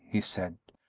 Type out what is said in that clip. he said,